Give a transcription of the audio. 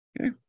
Okay